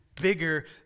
bigger